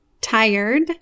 Tired